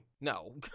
No